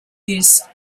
this